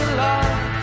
love